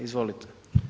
Izvolite.